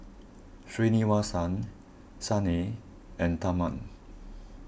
Srinivasa Saina and Tharman